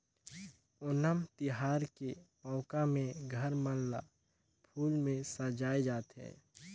ओनम तिहार के मउका में घर मन ल फूल में सजाए जाथे